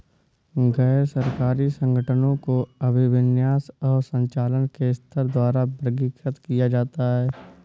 गैर सरकारी संगठनों को अभिविन्यास और संचालन के स्तर द्वारा वर्गीकृत किया जाता है